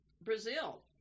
Brazil